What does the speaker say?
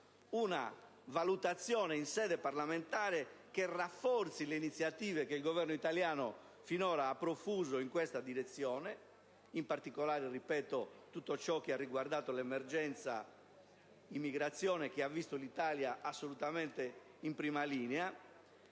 una valutazione in sede parlamentare che rafforzi l'iniziativa che il Governo italiano ha finora profuso in questa direzione (in particolare, per tutto ciò che ha riguardato l'emergenza immigrazione che ha visto l'Italia assolutamente in prima linea),